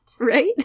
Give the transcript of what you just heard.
Right